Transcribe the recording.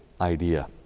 idea